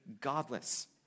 godless